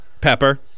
Pepper